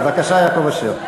בבקשה, יעקב אשר.